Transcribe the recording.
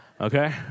Okay